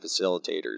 facilitators